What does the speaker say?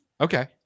okay